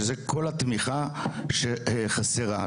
שזו כל התמיכה שחסרה,